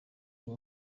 kuba